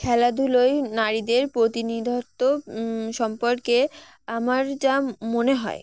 খেলাধুলোয় নারীদের প্রতিনিধত্ব সম্পর্কে আমার যা মনে হয়